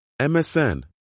MSN